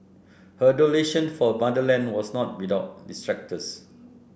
her adulation for her motherland was not without detractors